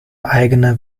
eigene